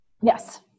Yes